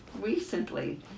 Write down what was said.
recently